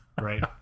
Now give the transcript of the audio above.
Right